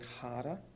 harder